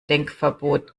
denkverbot